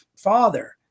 father